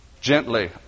gently